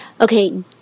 Okay